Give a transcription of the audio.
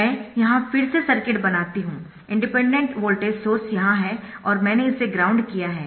मैं यहां फिर से सर्किट बनाती हूं इंडिपेंडेंट वोल्टेज सोर्स यहां है और मैंने इसे ग्राउंड किया है